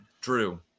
Drew